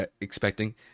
expecting